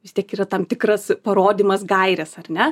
vis tiek yra tam tikras parodymas gairės ar ne